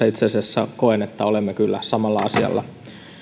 itse asiassa koen että olemme heidän kanssaan kyllä samalla asialla